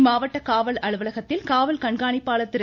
இம்மாவட்ட காவல் அலுவலகத்தில் காவல் கண்காணிப்பாளர் திரு